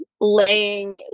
laying